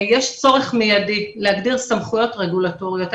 יש צורך מיידי להגדיר סמכויות רגולטוריות.